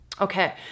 Okay